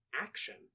action